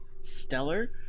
stellar